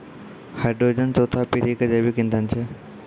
hydrogen चौथा पीढ़ी के जैविक ईंधन छै